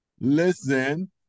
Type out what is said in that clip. listen